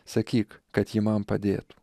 sakyk kad ji man padėtų